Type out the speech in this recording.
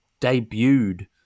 debuted